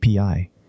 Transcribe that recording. API